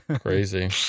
crazy